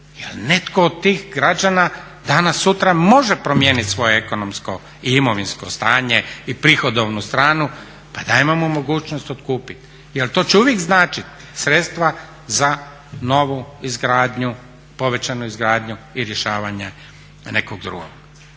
netko od tih građana danas sutra može promijeniti svoje ekonomsko i imovinsko stanje i prihodovnu stranu. Pa dajmo mu mogućnost otkupiti jer to će uvijek značiti sredstva za novu izgradnju, povećanu izgradnju i rješavanje nekog drugog.